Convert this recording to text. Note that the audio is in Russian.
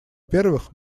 первых